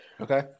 Okay